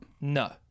No